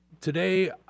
today